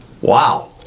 Wow